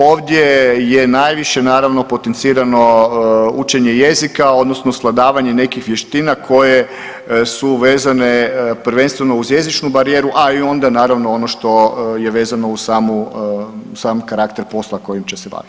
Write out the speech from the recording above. Ovdje je najviše naravno potencirano učenje jezika odnosno svladavanje nekih vještina koje su vezane prvenstveno uz jezičnu barijeru, a i onda naravno ono što je vezano uz samu, uz sami karakter posla kojim će se baviti.